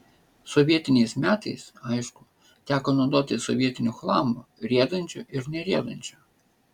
sovietiniais metais aišku teko naudotis sovietiniu chlamu riedančiu ir neriedančiu